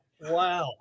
Wow